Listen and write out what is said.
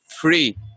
free